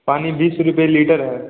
पानी बीस रुपये लीटर है